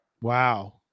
Wow